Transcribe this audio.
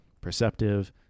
perceptive